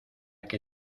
que